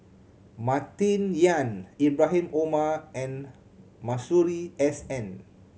Martin Yan Ibrahim Omar and Masuri S N